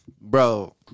Bro